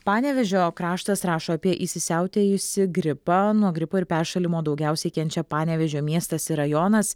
panevėžio kraštas rašo apie įsisiautėjusį gripą nuo gripo ir peršalimo daugiausiai kenčia panevėžio miestas ir rajonas